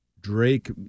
Drake